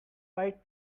bite